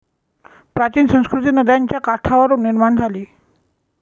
प्राचीन संस्कृती नद्यांच्या काठावर निर्माण झाली